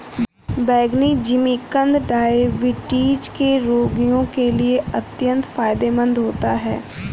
बैंगनी जिमीकंद डायबिटीज के रोगियों के लिए अत्यंत फायदेमंद होता है